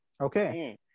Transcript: Okay